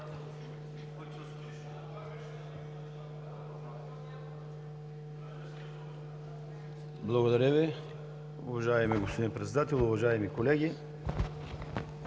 България): Уважаеми господин Председател, уважаеми колеги!